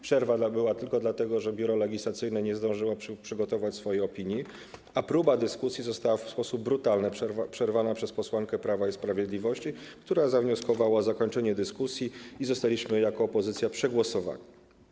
Przerwa była tylko dlatego, że Biuro Legislacyjne nie zdążyło przygotować swojej opinii, a próba dyskusji została w sposób brutalny przerwana przez posłankę Prawa i Sprawiedliwości, która zwróciła się z wnioskiem o zakończenie dyskusji, i zostaliśmy jako opozycja przegłosowani.